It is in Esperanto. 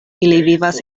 vivas